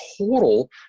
total